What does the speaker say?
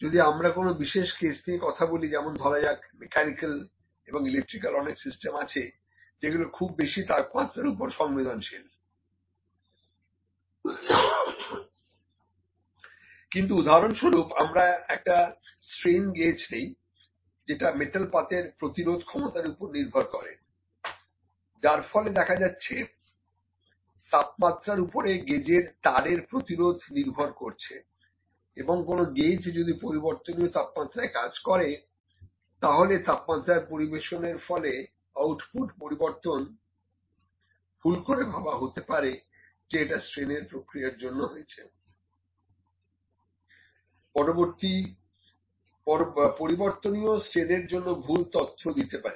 যদি আমরা কোন একটা বিশেষ কেস নিয়ে কথা বলি যেমন ধরা যাক মেকানিক্যাল এবং ইলেকট্রিক্যাল অনেক সিস্টেম আছে যেগুলি খুব বেশি তাপমাত্রার প্রতি সংবেদনশীল কিন্তু উদাহরণস্বরূপ আমরা একটা স্ট্রেন গেজ নিই যেটা মেটাল পাতের প্রতিরোধ ক্ষমতার উপর নির্ভর করে যার ফলে দেখা যাচ্ছে তাপমাত্রার উপরে গেজের তার এর প্রতিরোধ নির্ভর করছে এবং কোন গেজ যদি পরিবর্তনীয় তাপমাত্রায় কাজ করে তাহলে তাপমাত্রার পরিবর্তনের ফলে আউটপুট পরিবর্তনভুল করে ভাবা হতে পারে যে এটা স্ট্রেনের পরিবর্তনের জন্য হয়েছে পরিবর্তনীয় স্ট্রেনের জন্য ভুল তথ্য দিতে পারে